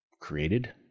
created